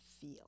feel